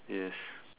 yes